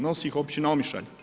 Nosi ih općina Omišalj.